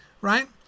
Right